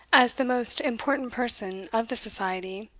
as the most important person of the society,